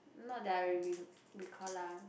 not that I re recall lah